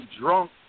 drunk